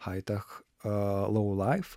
high tech low life